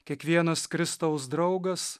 kiekvienas kristaus draugas